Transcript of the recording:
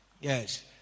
Yes